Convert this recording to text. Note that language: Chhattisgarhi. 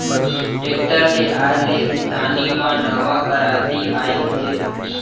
टेक्टर के आए ले किसानी म नवा करांति आइस हे